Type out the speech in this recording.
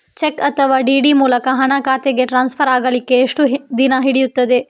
Check ಅಥವಾ DD ಮೂಲಕ ಹಣ ಖಾತೆಗೆ ಟ್ರಾನ್ಸ್ಫರ್ ಆಗಲಿಕ್ಕೆ ಎಷ್ಟು ದಿನ ಹಿಡಿಯುತ್ತದೆ?